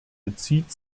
bezieht